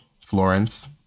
florence